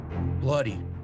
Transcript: bloody